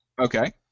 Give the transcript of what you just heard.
Okay